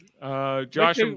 Josh